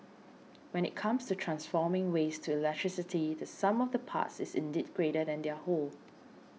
when it comes to transforming waste to electricity the sum of the parts is indeed greater than their whole